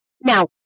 Now